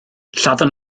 lladdon